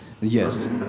Yes